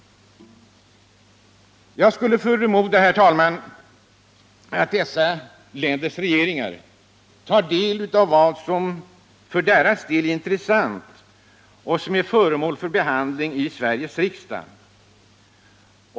Jag skulle förmoda, herr talman, att dessa länders regeringar tar del av vad som för deras del är intressant och som är föremål för behandling i Sveriges riksdag.